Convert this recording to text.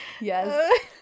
Yes